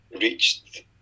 reached